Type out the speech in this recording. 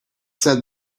said